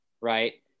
right